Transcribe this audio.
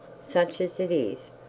such as it is,